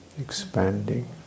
expanding